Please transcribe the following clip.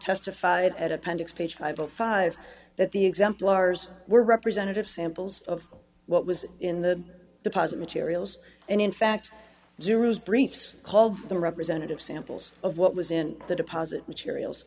testified at appendix page five o five that the exemplars were representative samples of what was in the deposit materials and in fact zeros briefs called the representative samples of what was in the deposit materials